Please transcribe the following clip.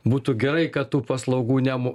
būtų gerai kad tų paslaugų nemo